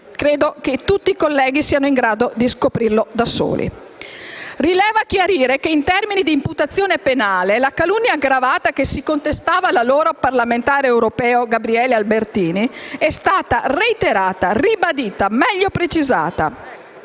credo che tutti i colleghi siano in grado di scoprirlo da soli. Rileva chiarire che, in termini di imputazione penale, la calunnia aggravata che si contestava all'allora parlamentare europeo Gabriele Albertini è stata reiterata, ribadita, meglio precisata.